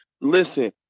Listen